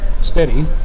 steady